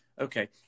Okay